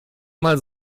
mal